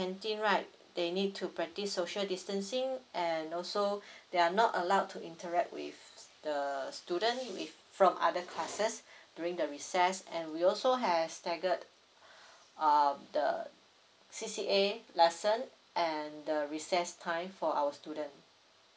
canteen right they need to practice social distancing and also they are not allowed to interact with the student if from other classes during the recess and we also has staggered uh the C_C_A lesson and the recess time for our student